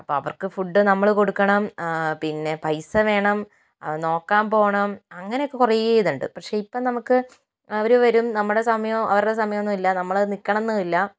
അപ്പോൾ അവർക്ക് ഫുഡ് നമ്മൾ കൊടുക്കണം പിന്നെ പൈസ വേണം നോക്കാൻ പോകണം അങ്ങനെയൊക്കെ കുറെ ഇതുണ്ട് പക്ഷേ ഇപ്പോൾ നമുക്ക് അവർ വരും നമ്മുടെ സമയം അവരുടെ സമയം എന്നില്ല നമ്മൾ നില്ക്കണമെന്നും ഇല്ല